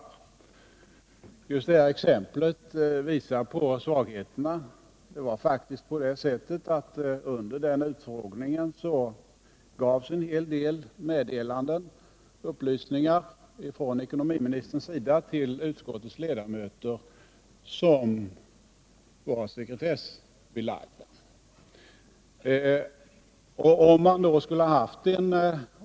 Just det exemplet visar på svagheterna i förslaget. Det var faktiskt på det sättet att ekonomiministern under den utfrågningen gav utskottets ledamöter en hel del upplysningar som var sekretessbelagda.